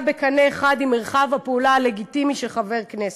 בקנה אחד עם מרחב הפעולה הלגיטימי של חבר הכנסת.